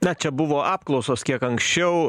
na čia buvo apklausos kiek anksčiau